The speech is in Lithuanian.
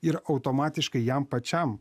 ir automatiškai jam pačiam